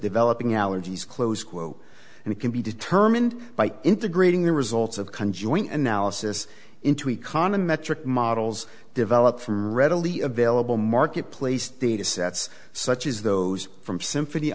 developing allergies close quote and it can be determined by integrating the results of analysis into economy metric models developed from readily available marketplace data sets such as those from symphony